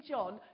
John